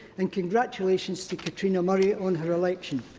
and congratulations to katrina murray on her election.